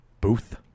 Booth